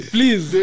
Please